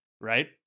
Right